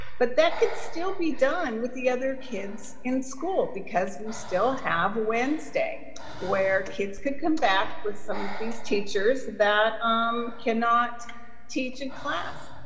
but that could still be done with the other kids in school because we still have wednesday where kids could come back with some of these teachers that um cannot teach in class.